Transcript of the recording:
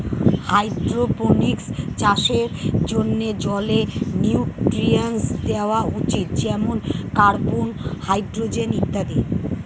hydroponics চাষের জন্যে জলে নিউট্রিয়েন্টস দেওয়া উচিত যেমন কার্বন, হাইড্রোজেন ইত্যাদি